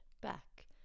back